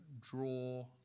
draw